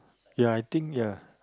ya I think ya